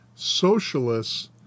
socialists